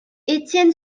etienne